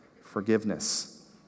forgiveness